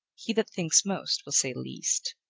he that thinks most, will say least.